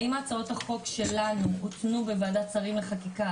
האם הצעות החוק שלנו הותנו בוועדת שרים לחקיקה,